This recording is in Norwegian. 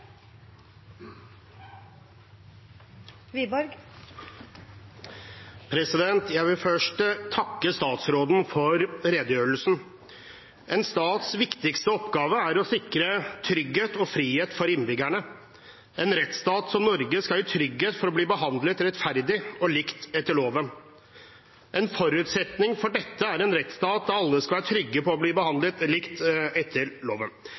å sikre trygghet og frihet for innbyggerne. En rettsstat som Norge skal gi trygghet for at man blir behandlet rettferdig og likt etter loven. En forutsetning for dette er en rettsstat der alle skal være trygge på å bli behandlet likt etter loven.